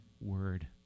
word